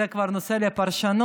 זה כבר נושא לפרשנות.